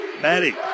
Maddie